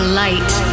light